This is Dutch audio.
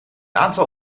aantal